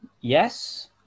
Yes